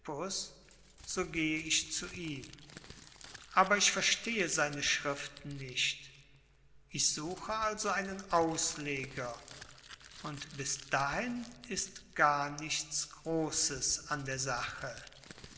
so gehe ich zu ihm aber ich verstehe seine schriften nicht ich suche also einen ausleger und bis dahin ist gar nichts großes an der sache